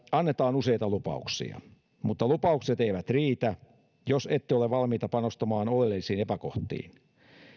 annetaan useita lupauksia mutta lupaukset eivät riitä jos ette ole valmiita panostamaan oleellisiin epäkohtiin